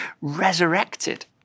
resurrected